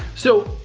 so,